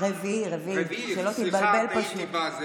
סליחה, טעיתי.